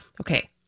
Okay